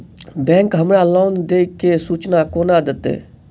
Bank हमरा loan देय केँ सूचना कोना देतय?